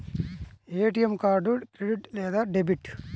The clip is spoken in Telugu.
ఏ.టీ.ఎం కార్డు క్రెడిట్ లేదా డెబిట్?